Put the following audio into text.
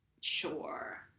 Sure